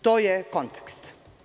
To je kontekst.